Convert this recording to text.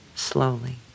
Slowly